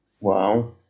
Wow